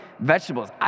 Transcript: vegetables